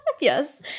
Yes